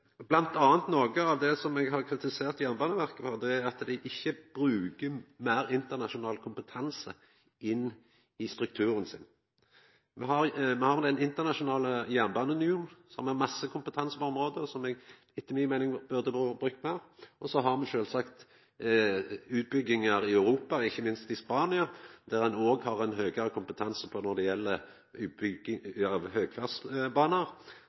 Noko av det som eg har kritisert Jernbaneverket for, er bl.a. at dei ikkje bruker meir internasjonal kompetanse i strukturen sin. Me har den internasjonale jernbaneunionen som har masse kompetanse på området, og som etter mi meining burde vore brukt meir. Så har me sjølvsagt utbyggingar i Europa, ikkje minst i Spania, der ein òg har ein høgare kompetanse når det gjeld bygging av